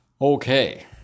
Okay